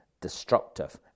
destructive